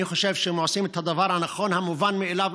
אני חושב שהם עושים את הדבר הנכון, המובן מאליו.